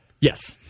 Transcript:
Yes